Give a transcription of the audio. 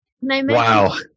Wow